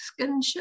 skinship